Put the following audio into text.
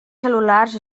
cel·lulars